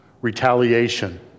retaliation